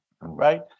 Right